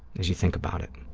as you think about it.